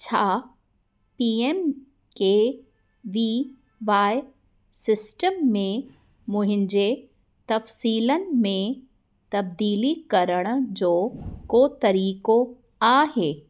छा P M K B Y system में मुंहिंजे तफ़सीलनि में तब्दीली करण जो को तरीक़ो आहे